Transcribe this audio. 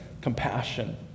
compassion